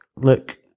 look